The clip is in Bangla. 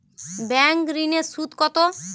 ব্যাঙ্ক ঋন এর সুদ কত?